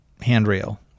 handrail